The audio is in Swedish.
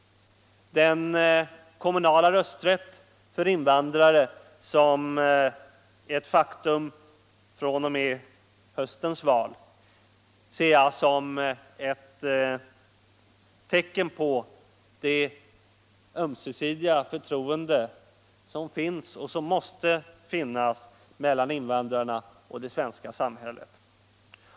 Den kommunala rösträtt för invandrare som är ett faktum fr.o.m. höstens val ser jag som ett tecken på det ömsesidiga förtroende som finns och måste finnas mellan invandrarna och det svenska samhället.